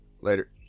Later